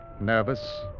nervous